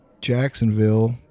Jacksonville